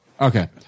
Okay